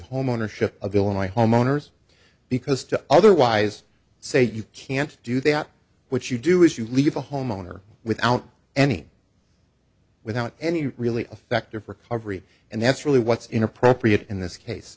home ownership of illinois homeowners because to otherwise say you can't do that which you do if you leave the homeowner without any without any really affect your recovery and that's really what's inappropriate in this case